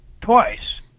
twice